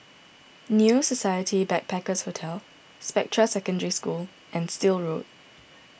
New Society Backpackers' Hotel Spectra Secondary School and Still Road